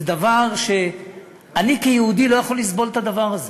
זה דבר שאני, כיהודי, לא יכול לסבול את הדבר הזה.